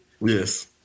Yes